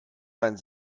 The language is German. dein